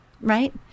Right